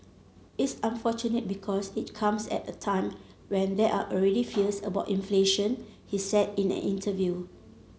it's unfortunate because it comes at a time when there are already fears about inflation he said in an interview